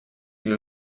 для